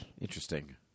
Interesting